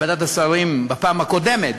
בוועדת השרים בפעם הקודמת,